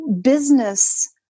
business